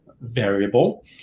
variable